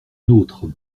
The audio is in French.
nôtre